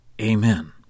Amen